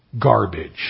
garbage